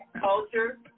culture